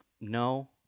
no